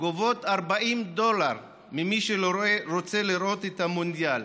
גובות 40 דולר ממי שרוצה לראות את המונדיאל.